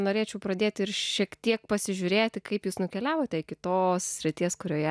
norėčiau pradėti ir šiek tiek pasižiūrėti kaip jūs nukeliavote iki tos srities kurioje